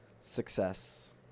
Success